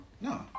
No